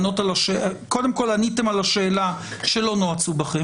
קודם כל עניתם על השאלה שלא נועצו בכם,